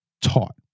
taught